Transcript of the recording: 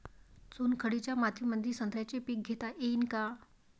चुनखडीच्या मातीमंदी संत्र्याचे पीक घेता येईन का?